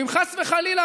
ואם חס וחלילה,